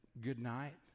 goodnight